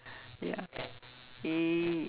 ya y~